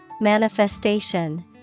Manifestation